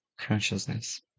consciousness